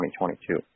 2022